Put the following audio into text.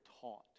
taught